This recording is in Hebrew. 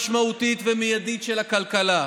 משמעותית ומיידית של הכלכלה.